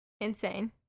Insane